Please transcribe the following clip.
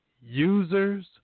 users